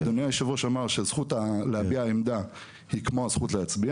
אדוני היושב ראש אמר שהזכות להביע עמדה היא כמו הזכות להצביע